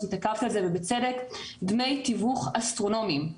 התעכבת על זה ובצדק - דמי תיווך אסטרונומים,